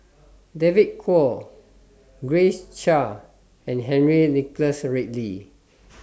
David Kwo Grace Chia and Henry Nicholas Ridley